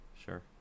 Sure